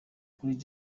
kuri